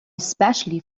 especially